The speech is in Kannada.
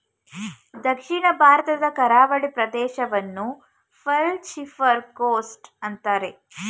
ದಕ್ಷಿಣ ಭಾರತದ ಕರಾವಳಿ ಪ್ರದೇಶವನ್ನು ಪರ್ಲ್ ಫಿಷರಿ ಕೋಸ್ಟ್ ಅಂತರೆ